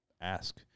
ask